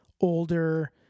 older